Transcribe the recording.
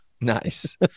nice